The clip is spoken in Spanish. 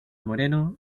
moreno